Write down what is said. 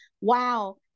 wow